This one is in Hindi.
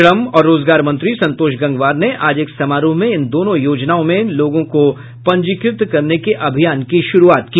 श्रम और रोजगार मंत्री संतोष गंगवार ने आज एक समारोह में इन दोनों योजनाओं में लोगों को पंजीकृत करने के अभियान की शुरूआत की